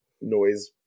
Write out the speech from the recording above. noise